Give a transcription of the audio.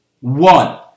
One